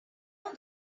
know